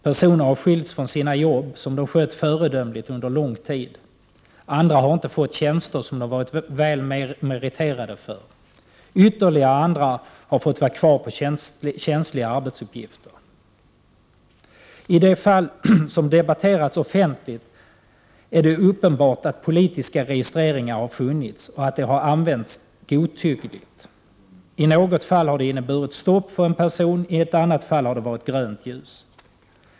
Personer har skilts från sina jobb som de skött föredömligt under lång tid, andra har inte fått tjänster som de varit väl meriterade för, och ytterligare andra har fått vara kvar på känsliga arbetsuppgifter. I de fall som debatterats offentligt är det uppenbart att politiska registreringar har funnits och använts godtyckligt. I något fall har de inneburit stopp för en person, i ett annat fall har det varit grönt ljus.